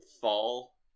fall